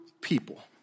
people